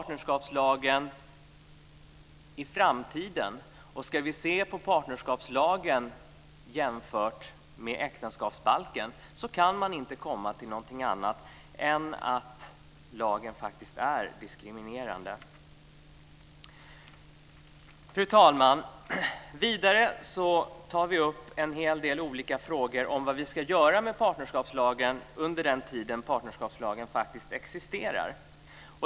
Men sett till framtiden och jämfört med äktenskapsbalken kan man inte komma fram till något annat än att partnerskapslagen faktiskt är diskriminerande. Fru talman! Vidare tar vi upp en hel del olika frågor om vad vi ska göra med partnerskapslagen under den tid den faktiskt existerar.